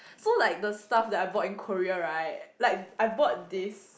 so like the stuff that I bought in Korea right like I bought this